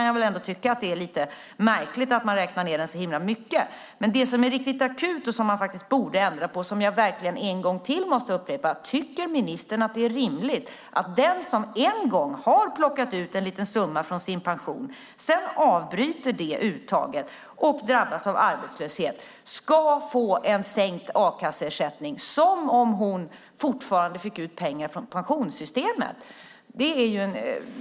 Jag kan tycka att det är märkligt att man räknar ned den så mycket, men det som är akut är det som jag nu måste upprepa min fråga om: Tycker ministern att det är rimligt att den som en gång har plockat ut en liten summa från sin pension och sedan avbryter det uttaget och drabbas av arbetslöshet ska få sänkt a-kasseersättning som om hon fortfarande fick ut pengar från pensionssystemet?